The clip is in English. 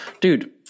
Dude